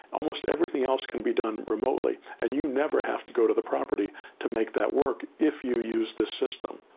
almost everything else can be done remotely. and you never have to go to the property to make that work if you use this system.